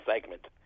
segment